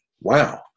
Wow